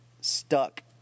stuck